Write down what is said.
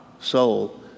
soul